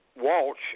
Walsh